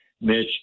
Mitch